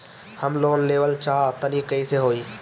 हम लोन लेवल चाह तानि कइसे होई?